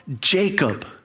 Jacob